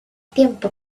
tiempo